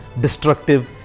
destructive